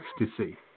Ecstasy